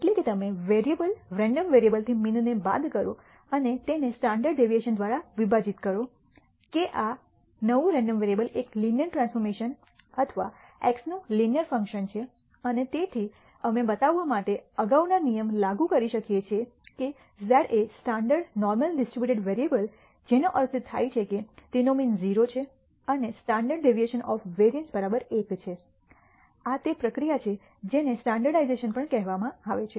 એટલે કે તમે વેરિયેબલ રેન્ડમ વેરિયેબલથી મીનને બાદ કરો અને તેને સ્ટાન્ડર્ડ ડેવિએશન દ્વારા વિભાજીત કરો કે આ નવું રેન્ડમ વેરીએબલ એક લિનિયર ટ્રાન્સફોર્મશન અથવા x નું લિનિયર ફંકશન છે અને તેથી અમે બતાવવા માટે અગાઉના નિયમ લાગુ કરી શકીએ છીએ કે z એ સ્ટાન્ડર્ડ નોર્મલ ડિસ્ટ્રિબ્યુટેડ વેરીએબલ જેનો અર્થ થાય છે તેનો મીન 0 છે અને સ્ટાન્ડર્ડ ડેવિએશન ઓફ વેરિઅન્સ 1છે આ તે પ્રક્રિયા છે જેને સ્ટાન્ડર્ર્ડીઝેશન પણ કહેવામાં આવે છે